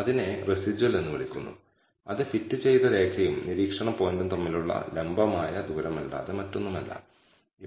ഇതിന് β0 β1 എന്നീ 2 പാരാമീറ്ററുകൾ ഉണ്ടായിരുന്നു അതായത് 2 ഡാറ്റാ